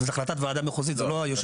החלטת וועדה מחוזית, זה לא יושב הראש.